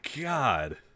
God